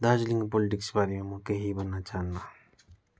दार्जिलिङको पोलिटिक्सबारे म केही भन्न चाहन्नँ